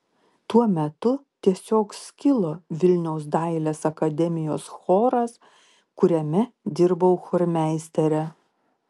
tuo metu tiesiog skilo vilniaus dailės akademijos choras kuriame dirbau chormeistere